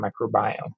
microbiome